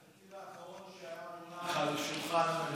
התקציב האחרון שהיה מונח על שולחן הממשלה,